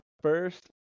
first